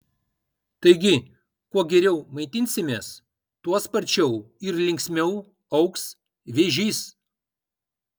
taigi kuo geriau maitinsimės tuo sparčiau ir linksmiau augs vėžys